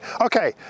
Okay